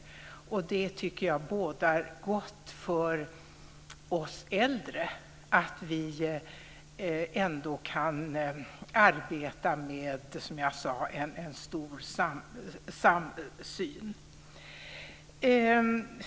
Jag tycker att det bådar gott för oss äldre att vi kan arbeta med en stor samsyn.